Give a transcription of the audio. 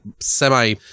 semi